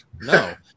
no